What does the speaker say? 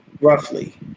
roughly